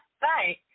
Bye